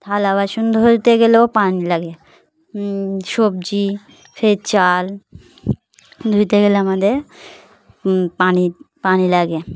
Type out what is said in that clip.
থালা বাসন ধুতে গেলেও পানি লাগে সবজি ফের চাল ধুতে গেলে আমাদের পানি পানি লাগে